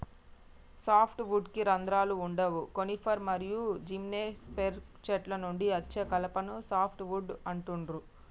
soft వుడ్కి రంధ్రాలు వుండవు కోనిఫర్ మరియు జిమ్నోస్పెర్మ్ చెట్ల నుండి అచ్చే కలపను సాఫ్ట్ వుడ్ అంటుండ్రు